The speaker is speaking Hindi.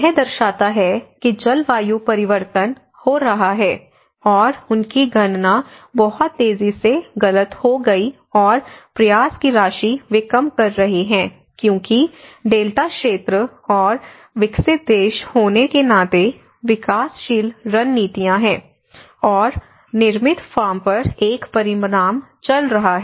यह दर्शाता है कि जलवायु परिवर्तन हो रहा है और उनकी गणना बहुत तेजी से गलत हो गई और प्रयास की राशि वे कम कर रहे हैं क्योंकि डेल्टा क्षेत्र और विकसित देश होने के नाते विकासशील रणनीतियाँ हैं और निर्मित फॉर्म पर एक परिणाम चल रहा है